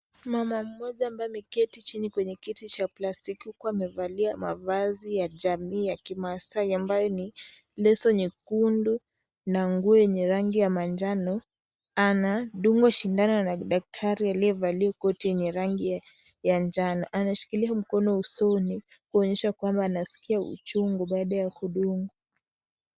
Mama mmoja ambaye ameketi chini kwenye kiti cha plastiki huku amevalia mavazi ya kijamii ya kimaasai ambayo ni leso nyekundu na nguo yenye rangi ya manjano anadungwa shindano na daktari aliyevalia koti yenye rangi ya njano, anashkilia mkono usoni kumanisha kwamba ansikia uchungu baada ya kudungwa.